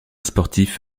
sportif